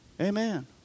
Amen